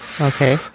Okay